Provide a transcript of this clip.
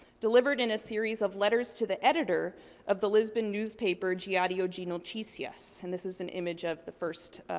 delivered in a series of letters to the editor of the lisbon newspaper, diario ah di ah di noticias. and this is an image of the first,